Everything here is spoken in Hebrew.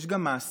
יש גם מעשים.